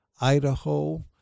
Idaho